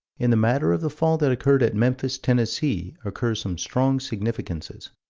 in the matter of the fall that occurred at memphis, tennessee, occur some strong significances.